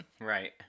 Right